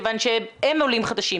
כיוון שהם עולים חדשים,